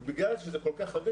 ובגלל שזה כל כך רגיש,